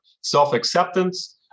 self-acceptance